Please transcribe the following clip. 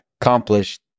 Accomplished